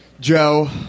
Joe